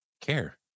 care